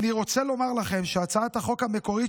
אני רוצה לומר לכם שהצעת החוק המקורית